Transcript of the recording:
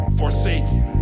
forsaken